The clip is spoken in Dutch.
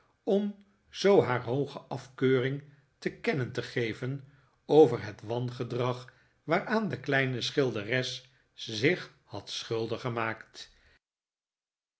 om zoo haar hooge afkeuring te kennen te geven over het wangedrag waaraan de kleine schilderes zich had schuldig gemaakt